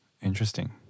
Interesting